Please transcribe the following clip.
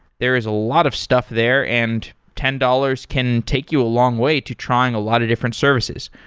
there is a lot of stuff there, and ten dollars can take you a long way to trying a lot of different services.